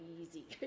easy